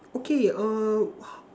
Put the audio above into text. okay err h~